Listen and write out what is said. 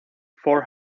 four